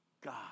God